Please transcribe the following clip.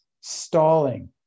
stalling